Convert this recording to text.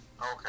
Okay